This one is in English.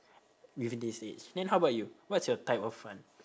with this age then how about you what's your type of fun